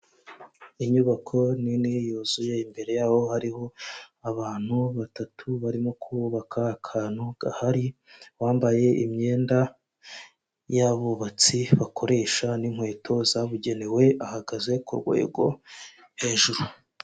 Inyubako nini yuzuye imbere yaho hariho abantu batatu barimo kubaka akantu gahari, bambaye imyenda yabubatsi bakoresha n'inkweto zabugenewe ahagaze ku rwego hejuru.